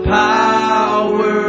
power